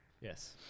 Yes